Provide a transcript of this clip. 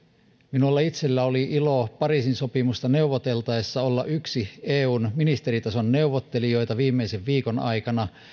minulla itselläni oli ilo pariisin sopimusta neuvoteltaessa olla yksi eun ministeritason neuvottelijoita viimeisen viikon aikana